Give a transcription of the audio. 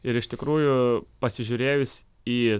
ir iš tikrųjų pasižiūrėjus į